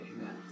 Amen